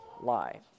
lie